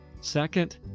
Second